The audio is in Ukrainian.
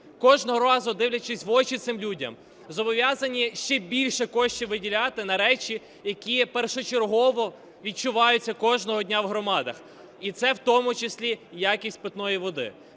кожного разу дивлячись в очі цим людям, зобов'язані ще більше коштів виділяти на речі, які першочергово відчуваються кожного дня в громадах, і це в тому числі якість питної води.